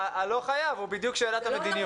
הלא-חייב הוא בדיוק שאלת המדיניות.